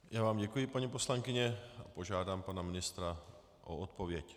Já vám děkuji, paní poslankyně, a požádám pana ministra o odpověď.